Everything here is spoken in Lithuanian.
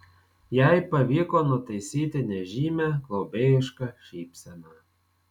jai pavyko nutaisyti nežymią globėjišką šypseną